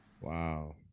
Wow